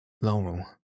laurel